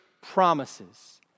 promises